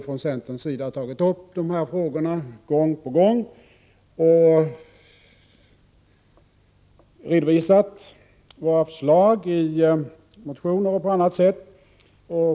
Från centerns sida har vi tagit upp dessa frågor gång på gång och redovisat våra förslag i motioner och på annat sätt.